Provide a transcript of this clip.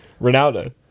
Ronaldo